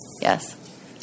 Yes